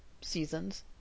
seasons